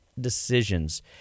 decisions